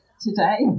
today